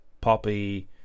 poppy